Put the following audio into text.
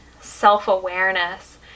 self-awareness